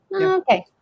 okay